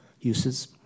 uses